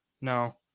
No